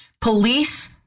police